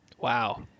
Wow